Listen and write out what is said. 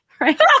right